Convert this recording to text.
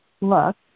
look